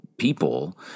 People